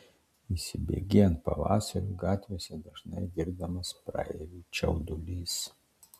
įsibėgėjant pavasariui gatvėse dažnai girdimas praeivių čiaudulys